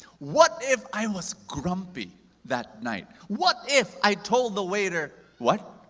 what if i was grumpy that night? what if i told the waiter, what?